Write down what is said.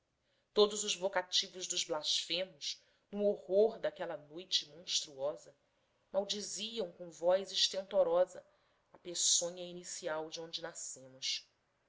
todos os vocativos dos blasfemos no horror daquela noite monstruosa maldiziam com voz estentorosa a peçonha inicial de onde nascemos